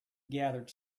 gathered